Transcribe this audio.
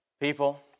People